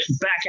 back